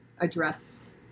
address